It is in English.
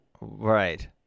Right